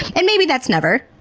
and maybe that's never,